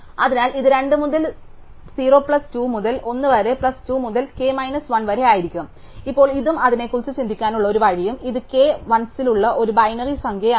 അതിനാൽ ഇത് 2 മുതൽ 0 പ്ലസ് 2 മുതൽ 1 വരെ പ്ലസ് 2 മുതൽ k മൈനസ് 1 വരെ ആയിരിക്കും ഇപ്പോൾ ഇതും അതിനെക്കുറിച്ച് ചിന്തിക്കാനുള്ള ഒരു വഴിയും ഇത് k 1s ഉള്ള ഒരു ബൈനറി സംഖ്യയാണ്